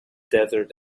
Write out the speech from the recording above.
desert